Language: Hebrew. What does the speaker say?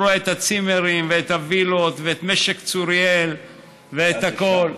רואה את הצימרים ואת הווילות ואת משק צוריאל ואת הכול.